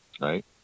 right